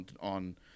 on –